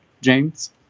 james